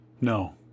No